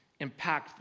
impactful